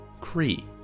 Cree